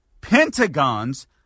Pentagon's